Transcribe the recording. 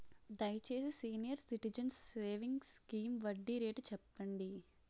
దయచేసి senior citizens savings scheme వడ్డీ rate చెప్పండి